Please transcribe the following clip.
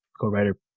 co-writer